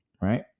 right